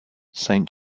saint